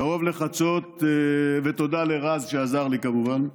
קרוב לחצות, ותודה לרז שעזר לי, כמובן,